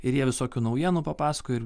ir jie visokių naujienų papasakoja ir